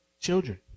children